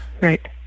Right